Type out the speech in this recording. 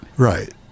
Right